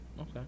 Okay